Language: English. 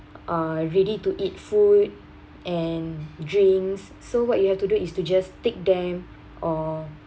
uh ready to eat food and drinks so what you have to do is to just take them or